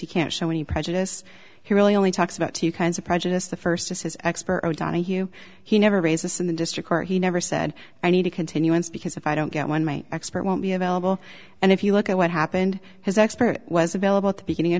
he can't show any prejudice he really only talks about two kinds of prejudice the first is his expert o'donohue he never raised this in the district court he never said i need a continuance because if i don't get one my expert won't be available and if you look at what happened his expert was available at the beginning